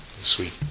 sweet